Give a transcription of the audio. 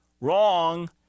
wrong